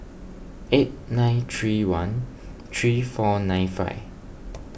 eight nine three one three four nine five